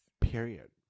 period